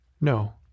No